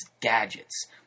gadgets